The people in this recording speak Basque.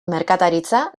merkataritza